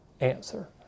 answer